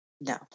no